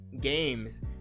games